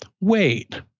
wait